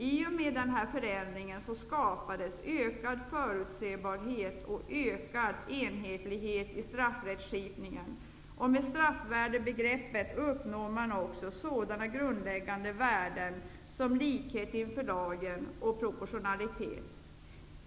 I och med denna förändring skapades ökad förutsebarhet och ökad enhetlighet i straffrättskipningen, och med straffvärdebegrepp uppnår man också sådana grundläggande värden som likhet inför lagen och proportionalitet.